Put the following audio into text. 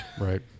right